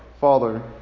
Father